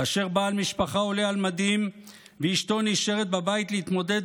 כאשר בעל משפחה עולה על מדים ואשתו נשארת בבית להתמודד